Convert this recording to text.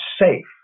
safe